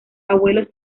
abuelos